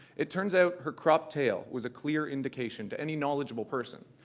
it turns out her cropped tail was a clear indication to any knowledgeable person.